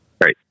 Right